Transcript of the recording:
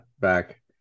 back